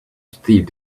steep